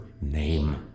name